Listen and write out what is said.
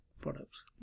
products